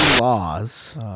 Laws